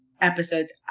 episodes